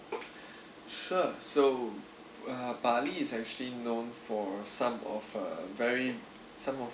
sure so uh bali is actually known for some of uh very some of